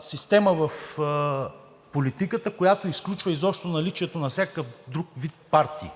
система в политиката, която изключва изобщо наличието на всякакви други партии.